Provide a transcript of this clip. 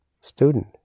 student